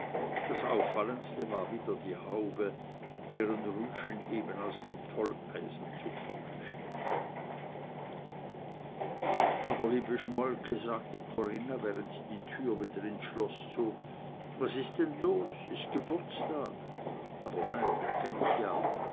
das auffallendste war wieder die haube deren rüschen eben aus dem tolleisen zu kommen schienen aber liebe schmolke sagte corinna während sie die tür wieder ins schloß zog was ist denn los ist geburtstag aber nein den kenn ich ja